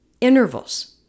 intervals